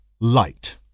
light